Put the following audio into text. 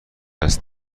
است